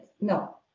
No